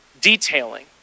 detailing